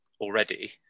already